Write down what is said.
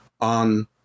on